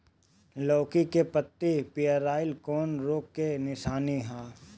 लौकी के पत्ति पियराईल कौन रोग के निशानि ह?